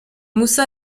moussa